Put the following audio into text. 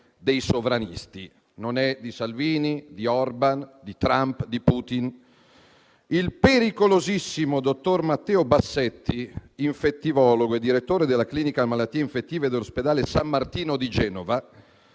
dei sovranisti; non è di Salvini, di Orbán, di Trump, di Putin. Il pericolosissimo dottor Matteo Bassetti, infettivologo e direttore della clinica di malattie infettive dell'ospedale San Martino di Genova,